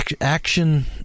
action